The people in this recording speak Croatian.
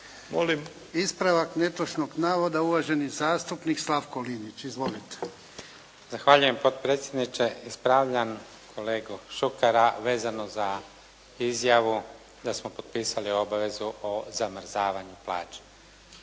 Ispravak netočnog navoda uvaženi zastupnik Slavko Linić. Izvolite. **Linić, Slavko (SDP)** Zahvaljujem potpredsjedniče. Ispravljam kolegu Šukera vezano za izjavu da smo potpisali obavezu o zamrzavanju plaća.